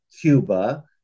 Cuba